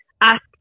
ask